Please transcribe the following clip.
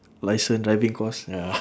licence driving course ya